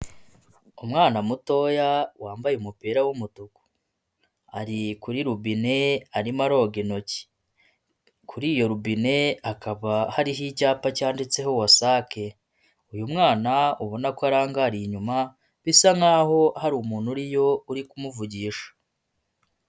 Umwana mutoya wambaye umupira w'umutuku ari kuri rubine arimo aroga intoki . Kuri iyo robine hakaba hariho icyapa cyanditseho wasake . Uyu mwana ubona ko arangariye inyuma , bisa nkaho hari umuntu uriyo uri kumuvugisha.